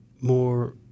more